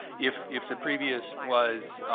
if if the previous was,